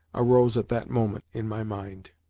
arose at that moment in my mind.